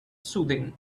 soothing